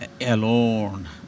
alone